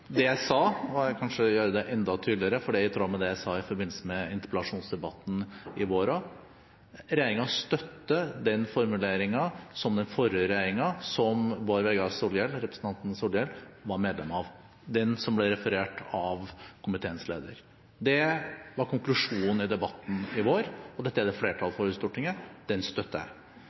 Det jeg sa, var kanskje å gjøre det enda tydeligere, i tråd med det jeg sa i forbindelse med interpellasjonsdebatten i vår. Regjeringen støtter formuleringen til den forrige regjeringen – som representanten Solhjell var medlem av – den formuleringen som ble referert av komiteens leder. Det var konklusjonen i debatten i vår, og dette er det flertall for i Stortinget. Den støtter jeg.